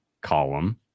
column